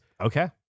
Okay